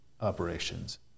operations